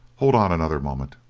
hold on another moment.